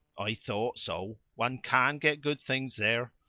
i thought so. one can get good things there.